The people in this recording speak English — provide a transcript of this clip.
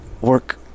work